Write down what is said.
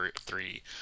three